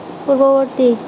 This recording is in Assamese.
পূৰ্ববৰ্তী